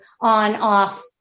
on-off